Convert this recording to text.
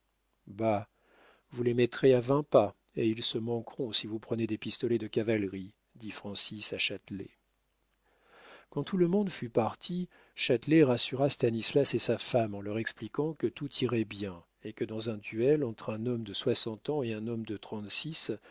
vous les mettrez à vingt pas et ils se manqueront si vous prenez des pistolets de cavalerie dit francis à châtelet quand tout le monde fut parti châtelet rassura stanislas et sa femme en leur expliquant que tout irait bien et que dans un duel entre un homme de soixante ans et un homme de trente-six